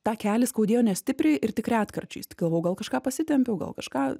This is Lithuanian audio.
tą kelį skaudėjo nestipriai ir tik retkarčiais tai galvojau gal kažką pasitempiau gal kažką